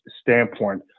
standpoint